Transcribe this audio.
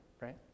right